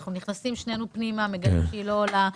אנחנו נכנסים שנינו פנימה ומגלים שהיא לא עולה,